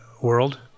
world